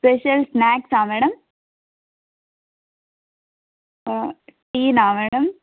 special స్నాక్సా madam tea నా madam